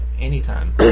anytime